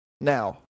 Now